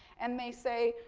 and they say,